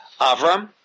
Avram